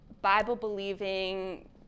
Bible-believing